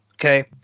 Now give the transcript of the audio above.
Okay